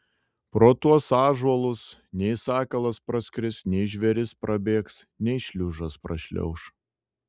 pro tuos ąžuolus nei sakalas praskris nei žvėris prabėgs nei šliužas prašliauš